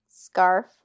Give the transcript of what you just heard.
scarf